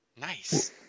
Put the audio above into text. Nice